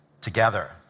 together